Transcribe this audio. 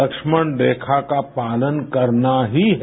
लक्ष्मण रेखा का पालन करना ही है